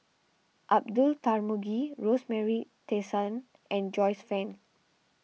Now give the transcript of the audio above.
Abdullah Tarmugi Rosemary Tessensohn and Joyce Fan